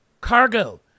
Cargo